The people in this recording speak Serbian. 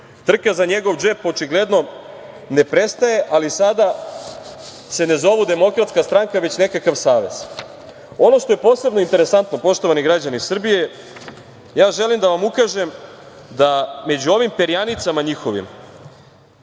Trka za njegov džep očigledno ne prestaje, ali sada se ne zovu Demokratska stranka, već nekakav savez. Ono što je posebno interesantno, poštovani građani Srbije, ja želim da vam ukažem da među ovim perjanicama njihovim,